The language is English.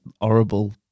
horrible